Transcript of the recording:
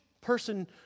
person